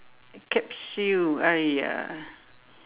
capsule !aiya!